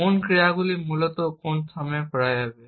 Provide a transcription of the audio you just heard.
কোন ক্রিয়াগুলি মূলত কোন সময়ে করা হবে